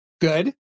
Good